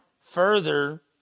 further